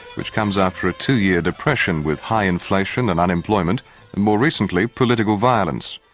which comes after a two-year depression, with high inflation, and unemployment, and more recently, political violence.